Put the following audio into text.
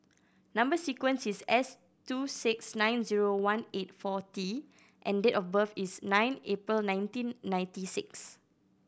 number sequence is S two six nine zero one eight four T and date of birth is nine April nineteen ninety six